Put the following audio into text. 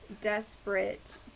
desperate